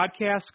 Podcast